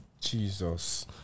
Jesus